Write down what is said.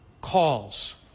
calls